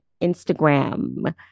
Instagram